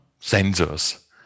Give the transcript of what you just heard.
sensors